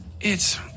It's